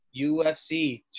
UFC